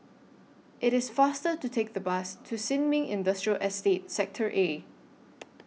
IT IS faster to Take The Bus to Sin Ming Industrial Estate Sector A